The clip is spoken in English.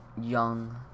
young